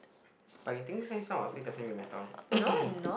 but you are taking Science now so it doesn't really matter